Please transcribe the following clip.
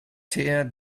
tear